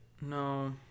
No